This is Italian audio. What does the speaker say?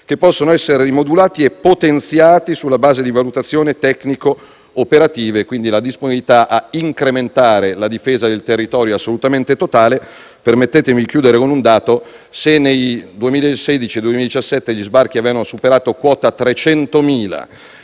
che possono essere rimodulati e potenziati sulla base di valutazioni tecnico-operative. Quindi la disponibilità a incrementare la difesa del territorio è assolutamente totale. Permettetemi di chiudere con un dato: se nel 2016 e nel 2017 gli sbarchi avevano superato quota 300.000